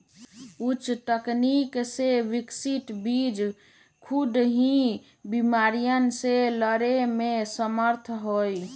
उच्च तकनीक से विकसित बीज खुद ही बिमारियन से लड़े में समर्थ हई